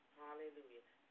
hallelujah